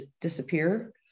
disappear